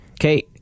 Okay